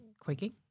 Quaking